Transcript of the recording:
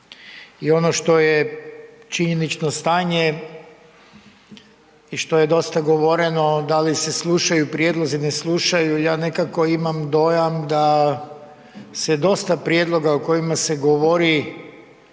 I ono što je činjenično stanje i što je dosta govoreno da li se slušaju prijedlozi, ne slušaju ja nekako imam dojam da se dosta prijedloga o kojima se govori